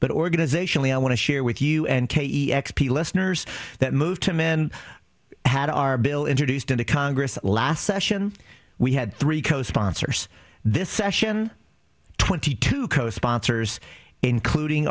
but organizationally i want to share with you and k e x p listeners that move to men had our bill introduced in the congress last session we had three co sponsors this session twenty two co sponsors including